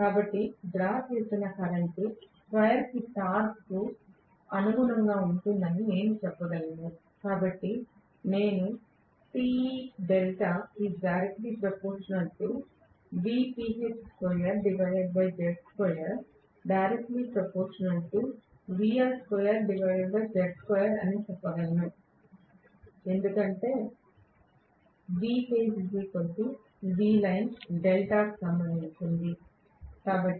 కాబట్టి డ్రా చేసిన current square కి టార్క్కు అనుగుణంగా ఉంటుందని నేను చెప్పగలను కాబట్టి నేను చెప్పగలను ఎందుకంటే డెల్టాకు సంబంధించినది